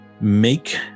Make